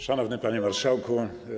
Szanowny Panie Marszałku!